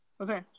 okay